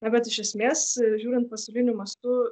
na bet iš esmės žiūrint pasauliniu mastu